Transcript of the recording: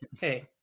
hey